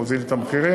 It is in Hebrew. להוריד את המחירים.